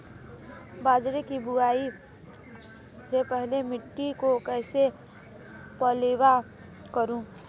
बाजरे की बुआई से पहले मिट्टी को कैसे पलेवा करूं?